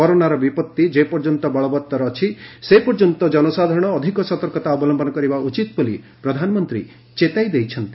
କରୋନାର ବିପଉି ଯେପର୍ଯ୍ୟନ୍ତ ବଳବତ୍ତର ଅଛି ସେ ପର୍ଯ୍ୟନ୍ତ ଜନସାଧାରଣ ଅଧିକ ସତର୍କତା ଅବଲମ୍ଭନ କରିବା ଉଚିତ ବୋଲି ପ୍ରଧାନମନ୍ତ୍ରୀ ଚେତାଇ ଦେଇଛନ୍ତି